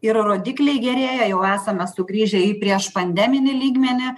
ir rodikliai gerėja jau esame sugrįžę į priešpandeminį lygmenį